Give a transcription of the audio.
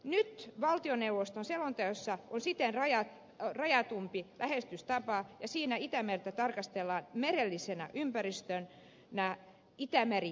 nyt valtioneuvoston selonteossa on siten rajatumpi lähestymistapa ja siinä itämerta tarkastellaan merellisenä ympäristönä itämeri merenä